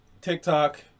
TikTok